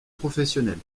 professionnelle